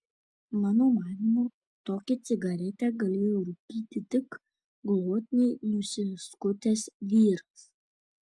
mano manymu tokią cigaretę galėjo rūkyti tik glotniai nusiskutęs vyras